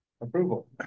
approval